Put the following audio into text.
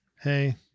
hey